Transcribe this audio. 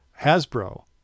Hasbro